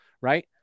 right